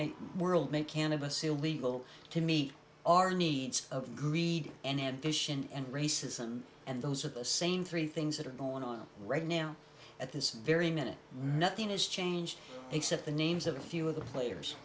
make world make cannabis illegal to meet our needs of greed and admission and racism and those are the same three things that are going on right now at this very minute nothing is changed except the names of a few of the players